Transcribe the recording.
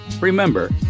Remember